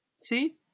see